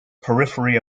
periphery